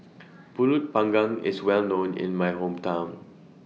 Pulut Panggang IS Well known in My Hometown